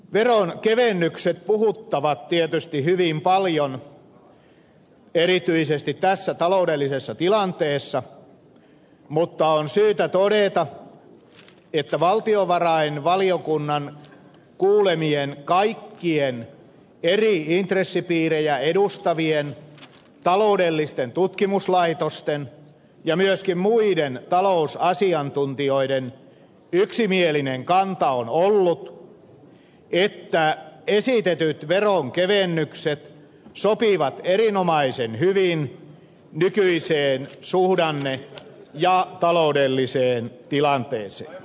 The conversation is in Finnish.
veronkevennykset puhuttavat tietysti hyvin paljon erityisesti tässä taloudellisessa tilanteessa mutta on syytä todeta että valtiovarainvaliokunnan kuulemien kaikkien eri intressipiirejä edustavien taloudellisten tutkimuslaitosten ja myöskin muiden talousasiantuntijoiden yksimielinen kanta on ollut että esitetyt veronkevennykset sopivat erinomaisen hyvin nykyiseen suhdanne ja taloudelliseen tilanteeseen